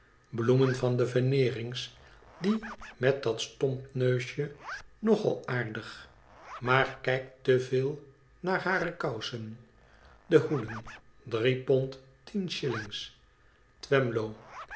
bloemen van de veneerings die met dat stompneusje nog al aardig maar kijkt te veel naar hare kousen de hoeden drie pond tien shillings